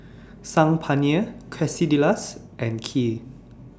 Saag Paneer Quesadillas and Kheer